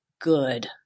good